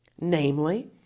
Namely